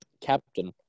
captain